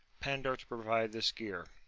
pander, to provide this gear!